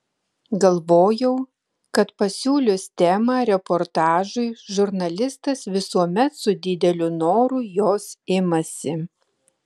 galvojau kad pasiūlius temą reportažui žurnalistas visuomet su dideliu noru jos imasi